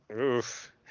Oof